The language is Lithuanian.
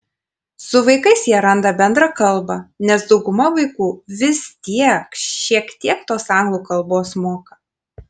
su vaikais jie randa bendrą kalbą nes dauguma vaikų vis tiek šiek tiek tos anglų kalbos moka